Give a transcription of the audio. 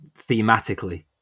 thematically